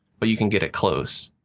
but you can get it close.